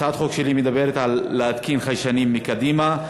הצעת החוק שלי מדברת על התקנת חיישנים לגבי נסיעה קדימה,